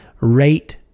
rate